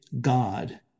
God